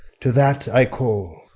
to that i call!